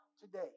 today